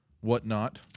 whatnot